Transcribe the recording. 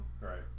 Right